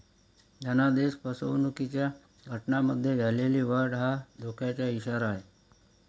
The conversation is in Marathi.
धनादेश फसवणुकीच्या घटनांमध्ये झालेली वाढ हा धोक्याचा इशारा आहे